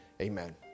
amen